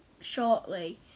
shortly